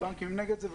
הבנקים נגד זה.